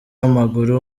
w’amaguru